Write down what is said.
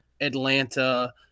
Atlanta